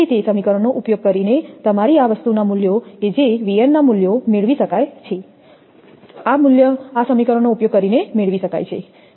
તેથી તે સમીકરણનો ઉપયોગ કરીને તમારી આ વસ્તુના મૂલ્યો કે જે 𝑉𝑛 ના મૂલ્યો મેળવી શકાય છે આ મૂલ્ય આ સમીકરણનો ઉપયોગ કરીને મેળવી શકાય છે બરાબર